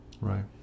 Right